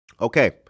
Okay